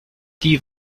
die